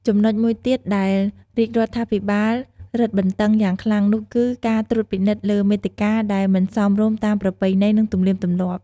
ចំណុចមួយទៀតដែលរាជរដ្ឋាភិបាលរឹតបន្តឹងយ៉ាងខ្លាំងនោះគឺ ការត្រួតពិនិត្យលើមាតិកាដែលមិនសមរម្យតាមប្រពៃណី និងទំនៀមទម្លាប់។